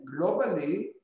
globally